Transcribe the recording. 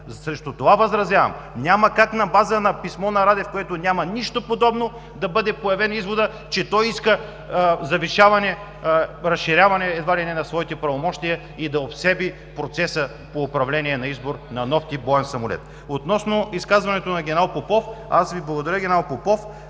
Срещу това възразявам! Няма как на база на писмо на Радев, в което няма нищо подобно, да бъде появен изводът, че той иска завишаване, разширяване едва ли не на своите правомощия и да обсеби процеса по управление на избор на нов тип боен самолет. Относно изказването на генерал Попов. Благодаря Ви, генерал Попов!